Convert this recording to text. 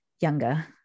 younger